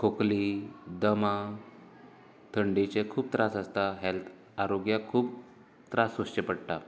खोकली दमा थंडेचे खूब त्रास आसतात हेल्थ आरोग्यांक खूब त्रास सोंसचें पडटात